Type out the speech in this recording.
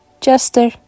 Jester